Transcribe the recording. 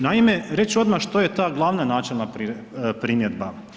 Naime, reći ću odmah što je ta glavna načelna primjedba.